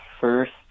first